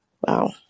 Wow